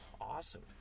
Awesome